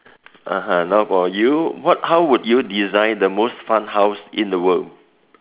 (uh huh) now for you what how would you design the most fun house in the world